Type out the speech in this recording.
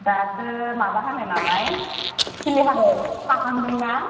दासो माबा हानाय नालाय खिलि हाहांदों थाहांदोंना